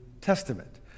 Testament